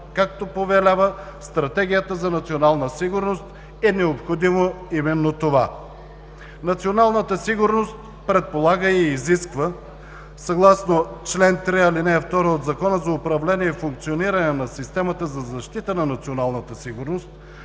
както повелява Стратегията за национална сигурност, е необходимо именно това. Националната сигурност предполага и изисква, съгласно чл. 3, ал. 2 от Закона за управление и функциониране на системата за защита на националната сигурност,